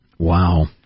Wow